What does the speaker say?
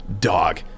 dog